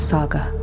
Saga